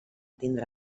tindre